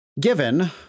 given